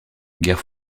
guerre